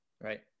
Right